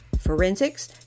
forensics